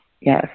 Yes